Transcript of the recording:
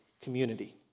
community